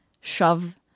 shove